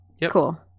cool